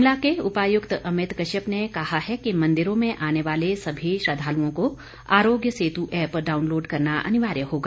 शिमला के उपायुक्त अमित कश्यप ने कहा है कि मंदिरों में आने वाले सभी श्रद्वालुओं को आरोग्य सेतू ऐप्प डाउनलोड करना अनिवार्य होगा